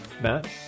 Matt